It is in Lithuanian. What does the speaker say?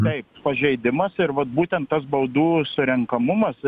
taip pažeidimas ir vat būtent tas baudų surenkamumas